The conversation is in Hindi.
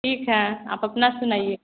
ठीक हैं आप अपना सुनाइए